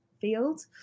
field